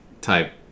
type